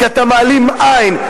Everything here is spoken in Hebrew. כי אתה מעלים עין,